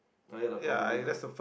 ah ya lah probably lah